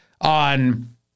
on